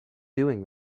doing